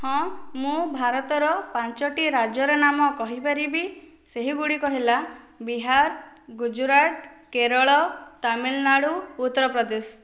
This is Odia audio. ହଁ ମୁଁ ଭାରତର ପାଞ୍ଚଟି ରାଜ୍ୟର ନାମ କହିପାରିବି ସେହି ଗୁଡ଼ିକ ହେଲା ବିହାର ଗୁଜୁରାଟ କେରଳ ତାମିଲନାଡ଼ୁ ଉତ୍ତରପ୍ରଦେଶ